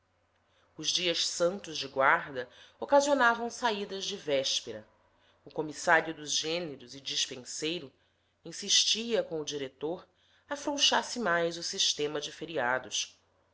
os dias santos de guarda ocasionavam saídas de véspera o comissário dos gêneros e despenseiro insistia com o diretor afrouxasse mais o sistema de feriados